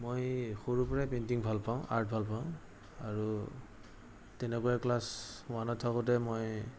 মই সৰুৰপৰাই পেইণ্টিং ভালপাওঁ আৰ্ট ভালপাওঁ আৰু তেনেকুৱা ক্লাছ ওৱানত থাকোঁতে মই